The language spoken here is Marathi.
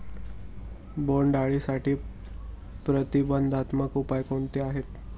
बोंडअळीसाठी प्रतिबंधात्मक उपाय कोणते आहेत?